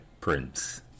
Prince